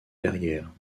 verrières